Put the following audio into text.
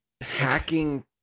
hacking